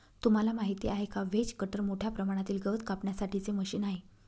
तुम्हाला माहिती आहे का? व्हेज कटर मोठ्या प्रमाणातील गवत कापण्यासाठी चे मशीन आहे